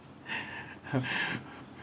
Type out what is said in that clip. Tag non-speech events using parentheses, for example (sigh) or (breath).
(breath) mm (breath)